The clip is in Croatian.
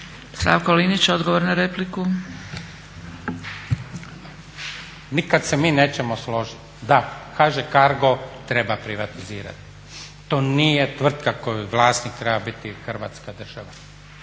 Slavko (Nezavisni)** Nikad se mi nećemo složit. Da, HŽ-Cargo treba privatizirati, to nije tvrtka koje vlasnik treba biti Hrvatska država,